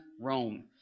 Rome